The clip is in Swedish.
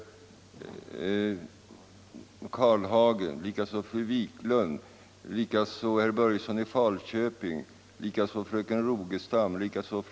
Herr talman! Jag ber att få yrka bifall till utskottets hemställan.